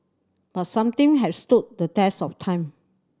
but some thing have stood the test of time